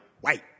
white